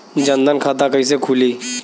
जनधन खाता कइसे खुली?